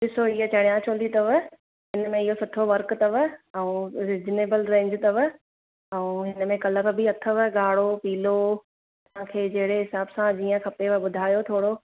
ॾिसो हीअ चनिया चोली अथव हिन में इहो सुठो वर्क अथव ऐं रिजनेबल रेन्ज अथव ऐं हिन में कलर बि अथव ॻाढ़ो पीलो तव्हांखे जहिड़े हिसाबु सां जीअं खपेव ॿुधायो थोरो